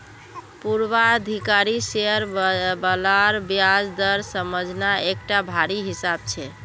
पूर्वाधिकारी शेयर बालार ब्याज दर समझना एकटा भारी हिसाब छै